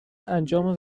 انجام